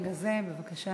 מרגע זה, בבקשה.